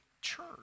church